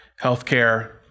healthcare